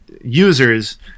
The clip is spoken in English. users